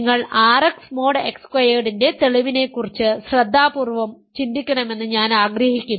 നിങ്ങൾ RX mod X സ്ക്വയർഡിൻറെ തെളിവിനെക്കുറിച്ച് ശ്രദ്ധാപൂർവ്വം ചിന്തിക്കണമെന്ന് ഞാൻ ആഗ്രഹിക്കുന്നു